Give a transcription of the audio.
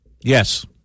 Yes